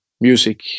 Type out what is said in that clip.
music